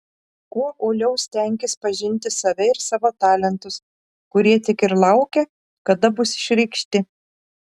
kuo uoliau stenkis pažinti save ir savo talentus kurie tik ir laukia kada bus išreikšti